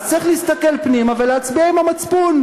אז צריך להסתכל פנימה ולהצביע עם המצפון.